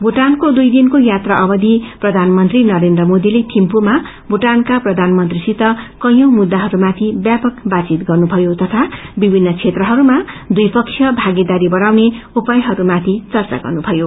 भूटानको दुई दिनको यात्रा अवधि प्रधानमंत्रीले थिम्पूमा भूटानका प्रधानमंत्रीसित कैयौ मुद्दाहरूमाथि व्यापक बातचित गर्नुथयो तथा विभिन्न क्षेत्रहरूमा द्विपक्षीय भागीदारी बढ़ाउने उपायहरूमाथि चर्चा गर्नुथयो